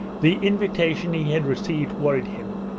the invitation he had received worried him.